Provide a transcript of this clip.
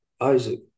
Isaac